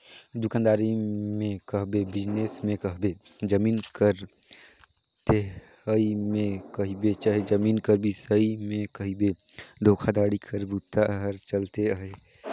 दुकानदारी में कहबे, बिजनेस में कहबे, जमीन कर लेहई में कहबे चहे जमीन कर बेंचई में कहबे धोखाघड़ी कर बूता हर चलते अहे